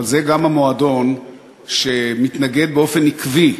אבל זה גם המועדון שמתנגד באופן עקבי,